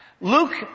Luke